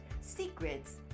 Secrets